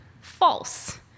false